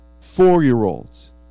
four-year-olds